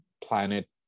planet